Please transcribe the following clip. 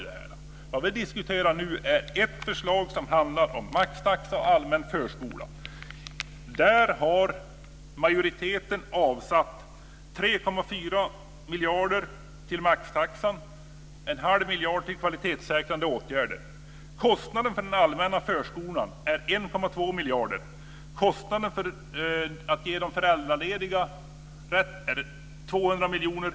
Vad vi diskuterar nu är ett förslag som handlar om maxtaxa och allmän förskola. Majoriteten har avsatt 3,4 miljarder till maxtaxan och en halv miljard till kvalitetssäkrande åtgärder. Kostnaden för den allmänna förskolan är 1,2 miljarder. Kostnaden för att ge barn till föräldralediga föräldrar rätt att gå i förskola är 200 miljoner.